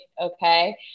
Okay